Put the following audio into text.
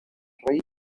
rey